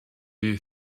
you